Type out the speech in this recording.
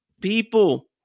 People